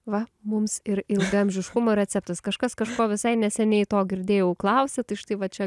va mums ir ilgaamžiškumo receptas kažkas kažko visai neseniai to girdėjau klausė tai štai va čia